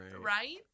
right